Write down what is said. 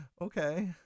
Okay